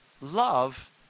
love